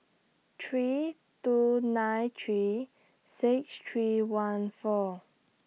three two nine three six three one four